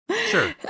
Sure